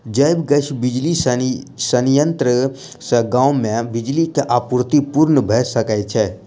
जैव गैस बिजली संयंत्र सॅ गाम मे बिजली के आपूर्ति पूर्ण भ सकैत छै